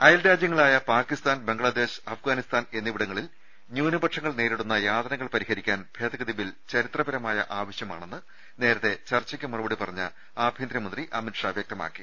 അയൽരാജ്യങ്ങളായ പാക്കിസ്ഥാൻ ബംഗ്ലാദേശ് അഫ്ഗാനിസ്ഥാൻ എന്നി വിടങ്ങളിൽ ന്യൂനപക്ഷങ്ങൾ നേരിടുന്ന യാതനകൾ പരിഹരിക്കാൻ ഭേദഗതി ബിൽ ചരിത്രപരമായ ആവശ്യമാണെന്ന് നേരത്തെ ചർച്ചയ്ക്ക് മറുപടി പറഞ്ഞ ആഭ്യന്തര മന്ത്രി അമിത്ഷാ വ്യക്തമാ ക്കി